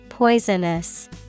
Poisonous